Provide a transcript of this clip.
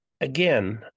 again